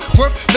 Worth